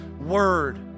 word